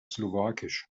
slowakisch